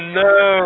no